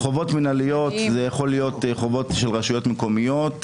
חובות מינהליים יכולים להיות חובות של רשויות מקומיות,